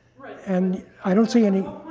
and i don't see any